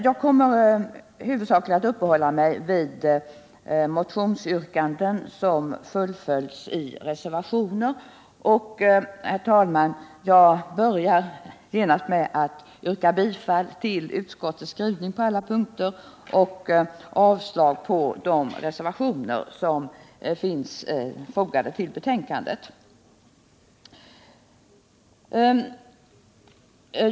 Jag kommer huvudsakligen att uppehålla mig vid motionsyrkanden som fullföljts i reservationer, och jag börjar, herr talman, genast med att yrka bifall till utskottets hemställan på alla punkter och avslag på de reservationer som finns fogade till betänkandet.